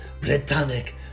platonic